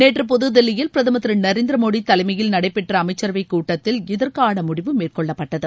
நேற்று புதுதில்லியில் பிரதமர் திரு நரேந்திர மோடி தலைமையில் நடைபெற்ற அமைச்சரவைக் கூட்டத்தில் இதற்கான முடிவு மேற்கொள்ளப்பட்டது